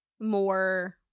more